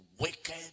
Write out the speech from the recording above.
wicked